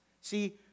See